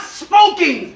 smoking